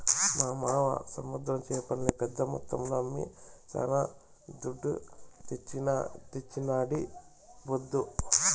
మా మావ సముద్ర చేపల్ని పెద్ద మొత్తంలో అమ్మి శానా దుడ్డు తెచ్చినాడీపొద్దు